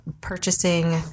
purchasing